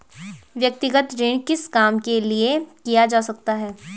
व्यक्तिगत ऋण किस काम के लिए किया जा सकता है?